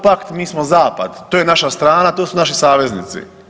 pakt, mi smo Zapad, to je naša strana, to su naši saveznici.